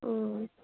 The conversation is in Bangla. ও